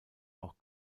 auch